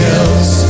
else